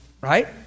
right